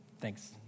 Thanks